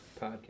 podcast